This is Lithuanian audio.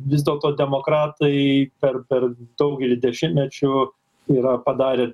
vis dėlto demokratai per per daugelį dešimtmečių yra padarę